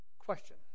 question